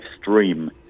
stream